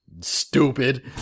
Stupid